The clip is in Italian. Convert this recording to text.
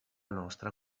nostra